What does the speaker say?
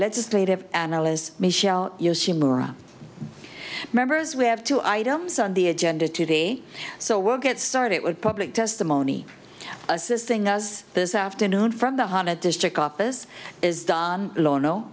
legislative analyst michelle members we have two items on the agenda today so we'll get started it would public testimony assisting us this afternoon from the honda district office is done law no